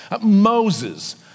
Moses